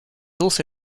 also